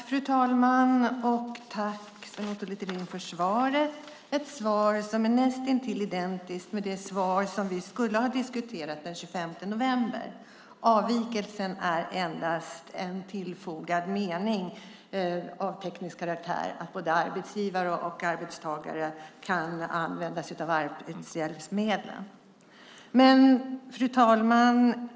Fru talman! Jag tackar Sven Otto Littorin för svaret. Det är ett svar som är näst intill identiskt med det svar som vi skulle ha diskuterat den 25 november. Avvikelsen är endast en tillfogad mening av teknisk karaktär om att både arbetsgivare och arbetstagare kan använda sig av arbetshjälpmedlen. Fru talman!